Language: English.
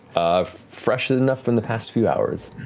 ah fresh enough from the past few hours.